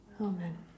Amen